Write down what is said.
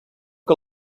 que